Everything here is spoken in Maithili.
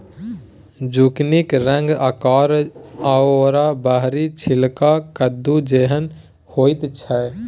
जुकिनीक रंग आकार आओर बाहरी छिलका कद्दू जेहन होइत छै